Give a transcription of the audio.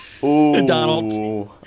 Donald